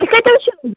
تُہۍ کَتہِ حظ چھِو